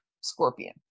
Scorpion